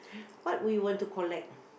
what will you want to collect